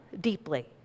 deeply